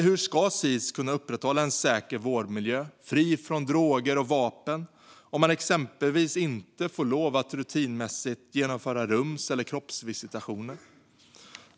Hur ska Sis kunna upprätthålla en säker vårdmiljö, fri från droger och vapen, om man exempelvis inte får lov att rutinmässigt genomföra rums eller kroppsvisitationer?